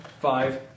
Five